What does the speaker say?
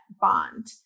bond